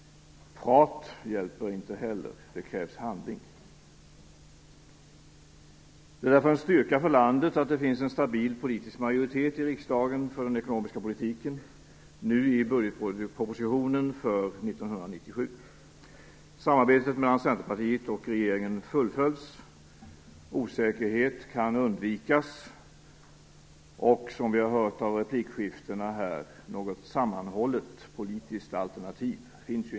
Prat hjälper inte heller. Det krävs handling. Det är därför en styrka för landet att det finns en stabil politisk majoritet i riksdagen för den ekonomiska politiken, nu i budgetpropositionen för 1997. Samarbetet mellan Centerpartiet och regeringen fullföljs. Osäkerhet kan undvikas, och som vi har hört i replikskiftena här finns inte något sammanhållet politiskt alternativ.